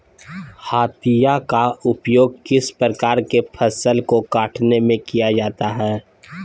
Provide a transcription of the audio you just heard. हाशिया का उपयोग किस प्रकार के फसल को कटने में किया जाता है?